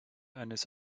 eines